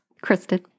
Kristen